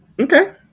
Okay